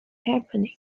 happening